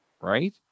right